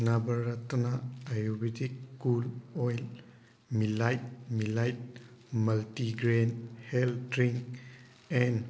Navratna ayurvedic cool oil ꯃꯤꯂꯥꯏꯠ ꯃꯤꯂꯥꯏꯠ multigrain health drink and